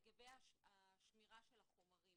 לגבי השמירה של החומרים